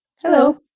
Hello